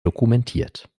dokumentiert